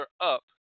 up